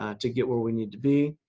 ah to get where we need to be.